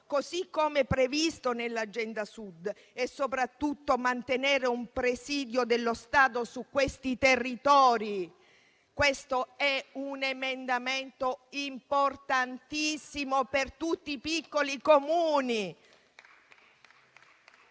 così come previsto nell'Agenda Sud e soprattutto mantenere un presidio dello Stato su questi territori. Questo è un emendamento importantissimo per tutti i piccoli Comuni.